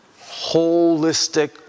holistic